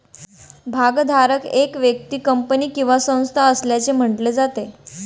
भागधारक एक व्यक्ती, कंपनी किंवा संस्था असल्याचे म्हटले जाते